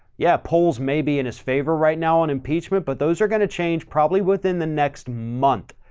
yeah, polls may be in his favor right now on impeachment, but those are going to change probably within the next month.